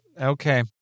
Okay